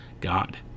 God